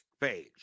page